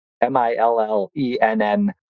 M-I-L-L-E-N-N